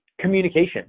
communication